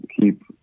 keep